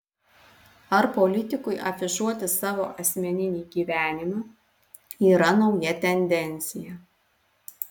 ar politikui afišuoti savo asmeninį gyvenimą yra nauja tendencija